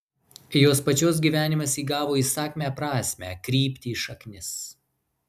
jos pačios gyvenimas įgavo įsakmią prasmę kryptį šaknis